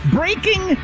breaking